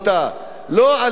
לא על זה ההתעקשות.